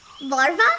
Larva